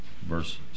Verse